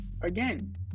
Again